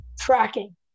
tracking